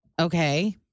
Okay